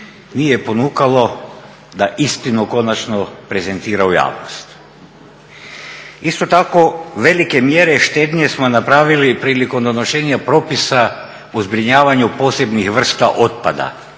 nije ponukalo da istinu konačno prezentira u javnost. Isto tako velike mjere štednje smo napravili prilikom donošenja propisa o zbrinjavanju posebnih vrsta otpada,